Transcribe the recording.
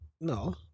No